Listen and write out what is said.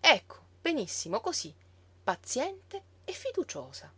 ecco benissimo cosí paziente e fiduciosa